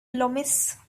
loomis